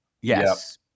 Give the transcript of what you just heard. yes